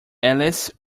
alice